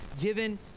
given